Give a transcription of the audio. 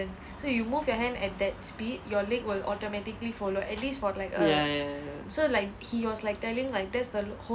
ya ya ya ya ya